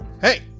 hey